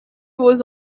was